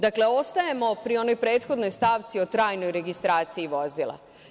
Dakle, ostajemo pri onoj prethodnoj stavci o trajnoj registraciji vozila.